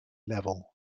level